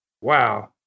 wow